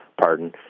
pardon